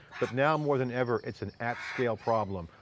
but now more than ever, it's an at scale problem.